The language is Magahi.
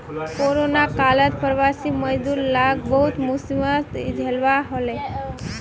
कोरोना कालत प्रवासी मजदूर लाक बहुत मुसीबत झेलवा हले